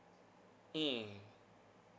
mm